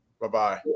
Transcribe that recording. Bye-bye